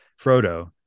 frodo